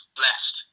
blessed